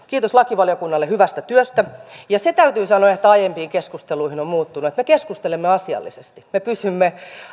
kiitos lakivaliokunnalle hyvästä työstä se täytyy sanoa että aiempiin keskusteluihin verrattuna on muuttunut että me keskustelemme asiallisesti me pysymme